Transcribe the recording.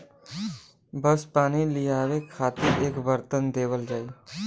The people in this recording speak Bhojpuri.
बस पानी लियावे खातिर एक बरतन देवल जाई